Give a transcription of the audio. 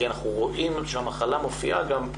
כי אנחנו רואים שהמחלה מופיעה גם,